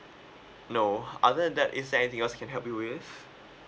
no other that is there anything else can help you with